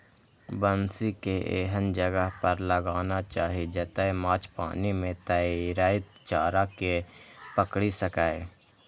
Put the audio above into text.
बंसी कें एहन जगह पर लगाना चाही, जतय माछ पानि मे तैरैत चारा कें पकड़ि सकय